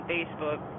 Facebook